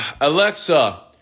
Alexa